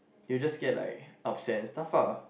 you will just get like upset and stuff lah